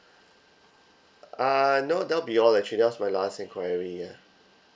uh no that would be all actually that was my last enquiry ya